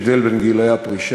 יש הבדל בין גילי הפרישה,